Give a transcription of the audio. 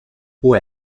può